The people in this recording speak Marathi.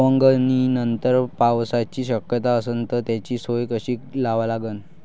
सवंगनीनंतर पावसाची शक्यता असन त त्याची सोय कशी लावा लागन?